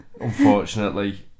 Unfortunately